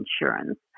insurance